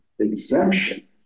exemption